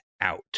out